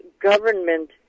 government